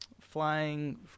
flying